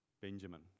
Benjamin